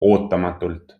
ootamatult